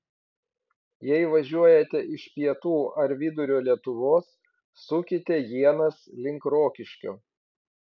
jei važiuojate iš pietų ar vidurio lietuvos sukite ienas link rokiškio